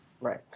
Right